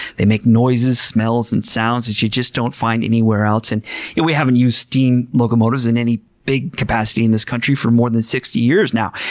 they make noises, smells, and sounds that you just don't find anywhere else. and yeah we haven't used steam locomotives in any big capacity in this country for more than sixty years now,